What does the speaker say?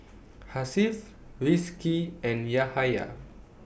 Hasif Rizqi and Yahaya